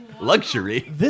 Luxury